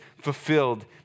fulfilled